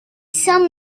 some